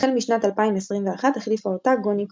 החל משנת 2021 החליפה אותה גוני כהן.